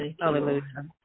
Hallelujah